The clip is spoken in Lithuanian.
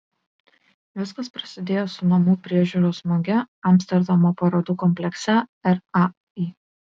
viskas prasidėjo su namų priežiūros muge amsterdamo parodų komplekse rai